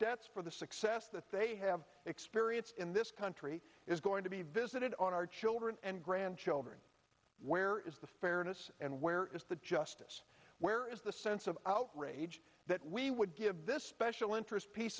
debts for the success that they have experienced in this country is going to be visited on our children and grandchildren where is the fairness and where is the justice where is the sense of outrage that we would give this special interest piece